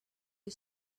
you